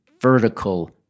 vertical